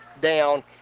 down